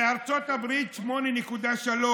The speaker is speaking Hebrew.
בארצות הברית, 8.3%,